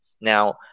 Now